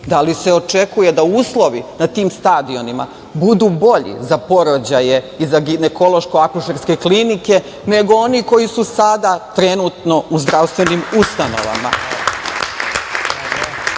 da li se očekuje da uslovi na tim stadionima budu bolji za porođaje i za ginekološko-akušerke klinike, nego oni koji su sada trenutno u zdravstvenim ustanovama? Žene